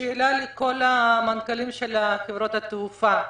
שאלה לכל המנכ"לים של חברות התעופה: